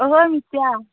ओहो मिथिया